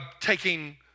taking